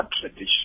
tradition